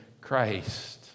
Christ